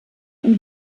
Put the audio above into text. und